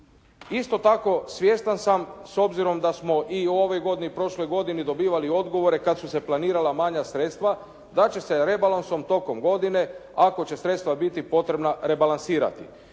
Isto tako, svjestan sam s obzirom da smo i u ovoj godini i prošloj godini dobivali odgovore kad su se planirala manja sredstva da će se rebalansom tokom godine ako će sredstva biti potrebna rebalansirati.